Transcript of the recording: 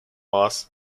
loss